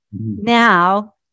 now